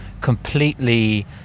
completely